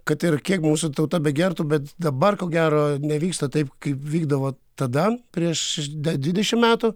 kad ir kiek mūsų tauta begertų bet dabar ko gero nevyksta taip kaip vykdavo tada prieš dvidešim metų